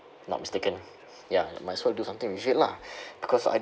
not mistaken ya might as well do something with it lah because